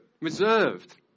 reserved